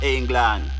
England